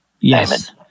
Yes